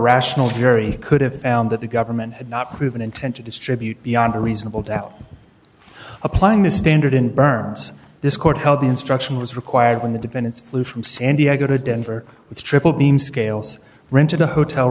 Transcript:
rational jury could have found that the government had not proven intent to distribute beyond a reasonable doubt applying the standard in berms this court held the instruction was required when the defendants flew from san diego to denver with triple beam scales rented a hotel